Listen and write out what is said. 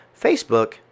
Facebook